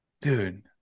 Dude